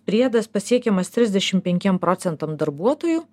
priedas pasiekiamas trisdešimt penkiem procentam darbuotojų